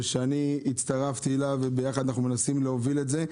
שאני הצטרפתי אליו וביחד אנחנו מנסים להוביל אותה,